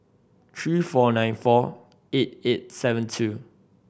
three four nine four eight eight seven two